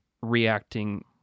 reacting